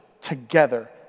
together